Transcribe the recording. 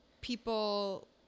people